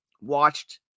Watched